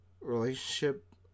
relationship